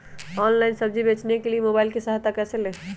Online सब्जी बेचने के लिए मोबाईल की सहायता कैसे ले?